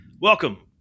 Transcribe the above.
Welcome